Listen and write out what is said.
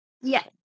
yes